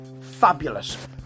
Fabulous